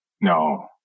No